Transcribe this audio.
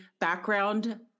background